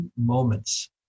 moments